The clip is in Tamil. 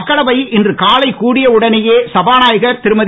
மக்களவை இன்று காலை கூடியவுடனேயே சபாநாயகர் திருமதி